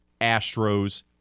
Astros